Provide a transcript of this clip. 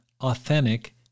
authentic